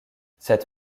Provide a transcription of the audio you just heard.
cette